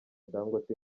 dangote